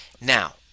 Now